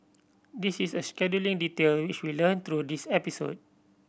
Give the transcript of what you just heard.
this is a scheduling detail which we learnt through this episode